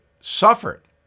suffered